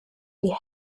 die